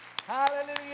Hallelujah